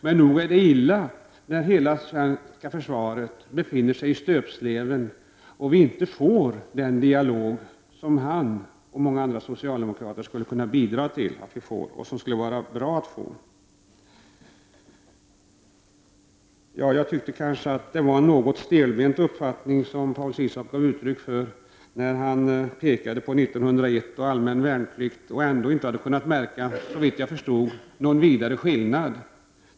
Men nog är det illa när hela det svenska försvaret befinner sig i stöpsleven och vi inte får den dialog som han och många andra socialdemokrater skulle kunna bidra till, en dialog som skulle vara bra att få. Det var enligt min mening en kanske något stelbent uppfattning som Paul Ciszuk gav uttryck för när han pekade på 1901 och den allmänna värnplikten och ändå inte, såvitt jag förstod, hade kunna märka någon vidare skillnad.